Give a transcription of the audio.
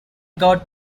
god